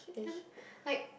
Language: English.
ya like